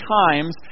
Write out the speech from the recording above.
times